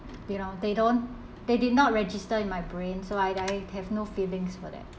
you know they don't they did not register in my brain so I I have no feelings for them